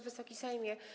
Wysoki Sejmie!